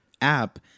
app